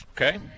Okay